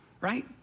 right